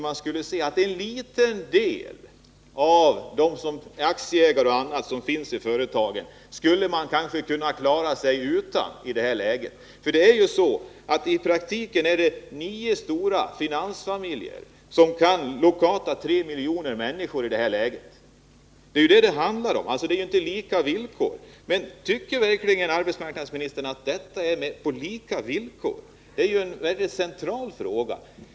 Man skulle se att en liten del av dem som finns i ett företag, aktieägare m.fl., skulle man klara sig utan i det här läget. I praktiken är det nio stora finansfamiljer som kan lockouta 3 miljoner människor. Det är vad det handlar om, och det är inte lika villkor. Tycker verkligen arbetsmarknadsministern att det är lika villkor? Detta är ju en central fråga.